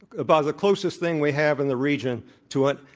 about the closest thing we have in the region to it,